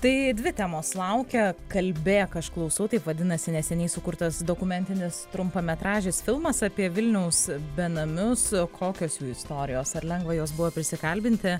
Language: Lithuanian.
tai dvi temos laukia kalbėk aš klausau taip vadinasi neseniai sukurtas dokumentinis trumpametražis filmas apie vilniaus benamius kokios jų istorijos ar lengva juos buvo prisikalbinti